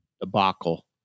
debacle